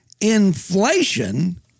Inflation